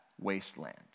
wasteland